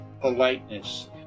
politeness